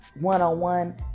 one-on-one